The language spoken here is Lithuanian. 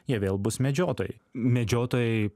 jie vėl bus medžiotojai medžiotojai